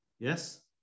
Yes